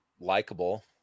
likable